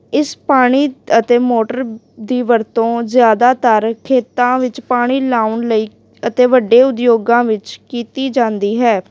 ਇਸ ਪਾਣੀ ਅਤੇ ਮੋਟਰ ਦੀ ਵਰਤੋਂ ਜ਼ਿਆਦਾਤਰ ਖੇਤਾਂ ਵਿੱਚ ਪਾਣੀ ਲਾਉਣ ਲਈ ਅਤੇ ਵੱਡੇ ਉਦਯੋਗਾਂ ਵਿੱਚ ਕੀਤੀ ਜਾਂਦੀ ਹੈ